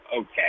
okay